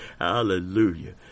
Hallelujah